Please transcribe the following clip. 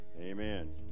Amen